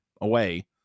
away